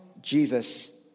Jesus